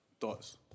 Thoughts